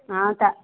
நான்